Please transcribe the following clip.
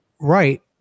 right